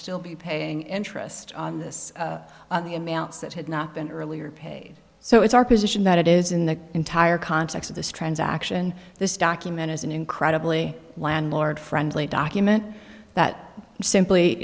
still be paying interest on this the amounts that had not been earlier paid so it's our position that it is in the entire context of this transaction this document is an incredibly landlord friendly document that simply